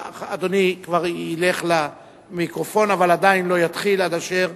אדוני ילך למיקרופון, אבל עדיין לא יתחיל עד אשר